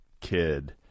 kid